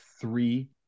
three